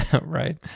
Right